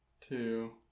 two